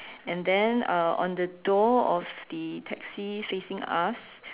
and then uh on the door of the taxi facing us